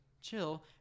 chill